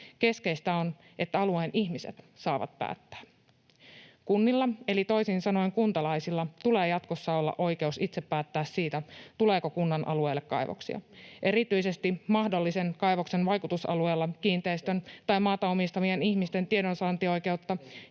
Keskeistä on, että alueen ihmiset saavat päättää. Kunnilla eli toisin sanoen kuntalaisilla tulee jatkossa olla oikeus itse päättää siitä, tuleeko kunnan alueelle kaivoksia. Erityisesti mahdollisen kaivoksen vaikutusalueella kiinteistön tai maata omistavien ihmisten tiedonsaantioikeutta